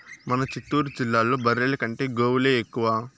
మన చిత్తూరు జిల్లాలో బర్రెల కంటే గోవులే ఎక్కువ